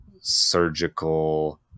surgical